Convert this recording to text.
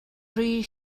rhy